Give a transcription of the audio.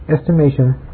estimation